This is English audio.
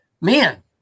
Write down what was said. Man